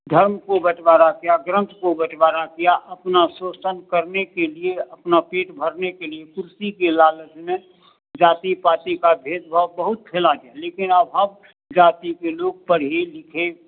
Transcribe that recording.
धर्म को बंटबारा किया ग्रन्थ को बंटबारा किया अपना शोषण करने के लिए अपना पेट भरने के लिए कुर्सी के लालच में जाति पाति का भेदभाव बहुत खेला गया लेकिन अब हर जाति के लोग पर ही निषेध